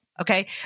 Okay